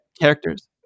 characters